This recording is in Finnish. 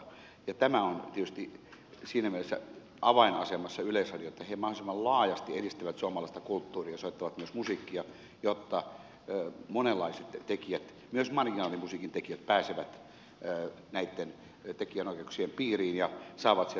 yleisradio on tietysti siinä mielessä avainasemassa että he mahdollisimman laajasti edistävät suomalaista kulttuuria ja soittavat myös musiikkia jotta monenlaiset tekijät myös marginaalimusiikin tekijät pääsevät tekijänoikeuksien piiriin ja saavat sieltä rahaa